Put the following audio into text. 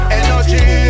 energy